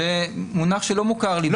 זה מונח שלא מוכר לי.